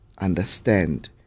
understand